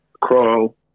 crawl